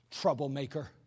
troublemaker